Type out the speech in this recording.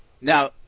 Now